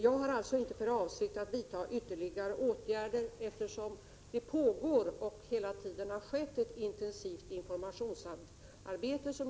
Jag har alltså inte för avsikt att vidta ytterligare åtgärder, eftersom det pågår, och har hela tiden pågått, ett intensivt informationsarbete.